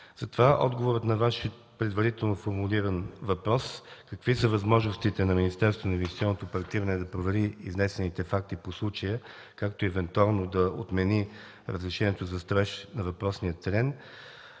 Затова отговорът на Вашия предварително формулиран въпрос: какви са възможностите на Министерството на инвестиционното проектиране да провери изнесените факти по случая, както и евентуално да отмени разрешението за строеж на въпросния терен,